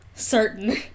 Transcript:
certain